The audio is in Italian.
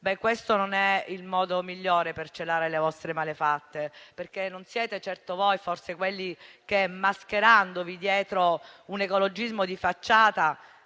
Questo non è il modo migliore per celare le vostre malefatte. Non siete voi forse quelli che, mascherandosi dietro un ecologismo di facciata,